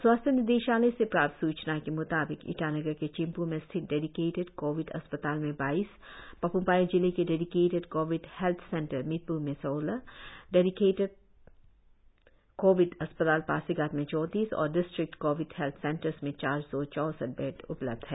स्वास्थ्य निदेशालय से प्राप्त सूचना के मुताबिक ईटानगर के चिंपू में स्थित डेडिकेटेड कोविड अस्पताल में बाईस पापुमपारे जिले के dedicated Covid health centre Midpu में सत्रह डेडिकेटेड कोविड अस्पताल पासीघाट में चौतीस और डिस्ट्रिक्ट कोविड हेल्थ सेंटर्स में चार सौ चौसठ बेड उपलब्ध है